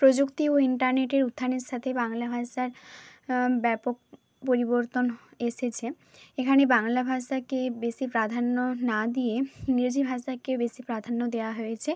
প্রযুক্তি ও ইন্টারনেটের উত্থানের সাথে বাংলা ভাষার ব্যাপক পরিবর্তন এসেছে এখানে বাংলা ভাষাকে বেশি প্রাধান্য না দিয়ে ইংরেজি ভাষাকে বেশি প্রাধান্য দেওয়া হয়েছে